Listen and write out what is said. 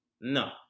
no